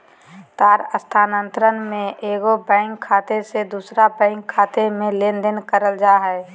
तार स्थानांतरण में एगो बैंक खाते से दूसर बैंक खाते में लेनदेन करल जा हइ